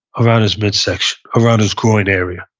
around his midsection, around his groin area.